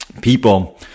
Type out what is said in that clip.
people